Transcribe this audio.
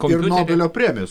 ir nobelio premijas